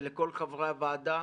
ולכל חברי הוועדה.